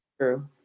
true